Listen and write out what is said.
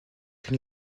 can